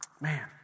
Man